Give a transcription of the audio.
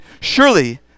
surely